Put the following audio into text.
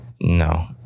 No